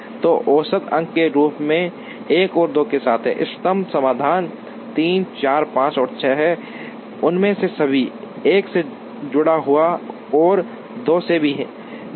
तो औसत अंक के रूप में 1 और 2 के साथ इष्टतम समाधान 3 4 5 और 6 है उनमें से सभी 1 से जुड़ा हुआ है और 2 से ही है